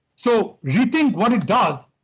so rethink what it does,